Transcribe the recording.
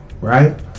right